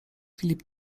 filip